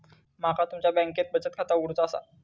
माका तुमच्या बँकेत बचत खाता उघडूचा असा?